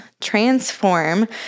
transform